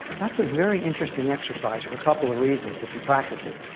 that's a very interesting exercise for a couple of reasons, if you practice it.